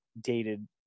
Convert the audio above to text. dated